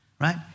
Right